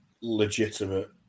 legitimate